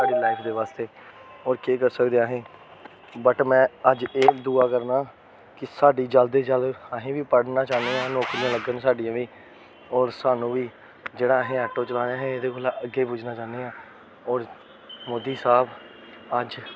साढ़ी लाइफ दे बास्तै होर केह् करी सकदे असें बट में अज्ज एह् दूआ करना कि साढ़ी जल्द तू जल्द असें बी पढ़ना चाह्न्ने आं नौकरी लग्गन साढ़ियां बी होर सानू बी जेह्ड़ा असें आटो चलाने हे ओहदे कोला अग्गें पुज्जना चाह्न्ने आं होर मोदी साहब अज्ज